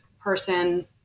person